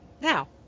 Now